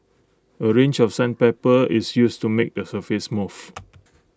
A range of sandpaper is used to make the surface smooth